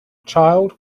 child